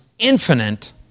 infinite